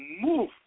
move